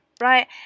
right